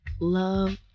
Love